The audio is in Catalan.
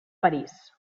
parís